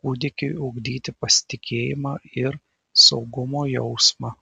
kūdikiui ugdyti pasitikėjimą ir saugumo jausmą